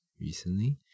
recently